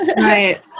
right